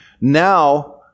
now